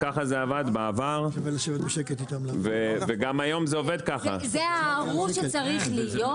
כך זה עבד בעבר וגם היום כך המנגנון עובד.